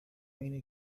اینه